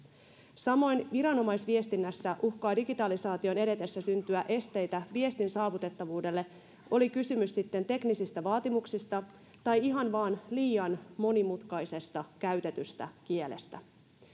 samoin viranomaisviestinnässä uhkaa digitalisaation edetessä syntyä esteitä viestin saavutettavuudelle oli kysymys sitten teknisistä vaatimuksista tai ihan vain liian monimutkaisesta käytetystä kielestä